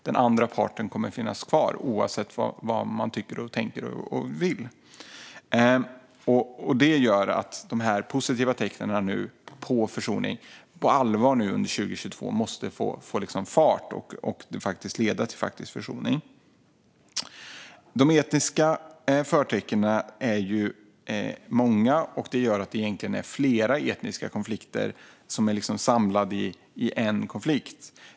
Den andra parten kommer att finnas kvar oavsett vad man tycker, tänker och vill. De positiva tecknen på försoning måste ta fart på allvar under 2022 och leda till faktisk försoning. De etniska förtecknen är många. Det är egentligen flera etniska konflikter som är samlade i en konflikt.